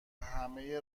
همهی